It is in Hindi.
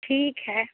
ठीक है